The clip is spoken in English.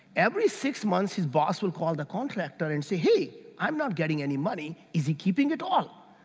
every six months, his boss would call the contractor and say hey, i'm not getting any money, is he keeping it all?